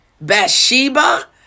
Bathsheba